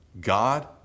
God